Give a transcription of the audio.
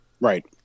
Right